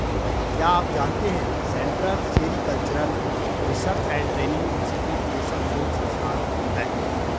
क्या आप जानते है central sericultural research and training institute रेशम शोध संस्थान है?